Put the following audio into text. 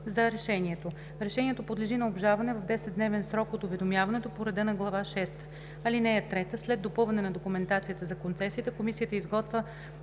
за решението. Решението подлежи на обжалване в 10-дневен срок от уведомяването по реда на Глава шеста. (3) След допълване на документацията за концесията комисията изготвя